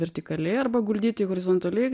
vertikaliai arba guldyti horizontaliai